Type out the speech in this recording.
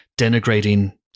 denigrating